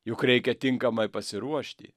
juk reikia tinkamai pasiruošti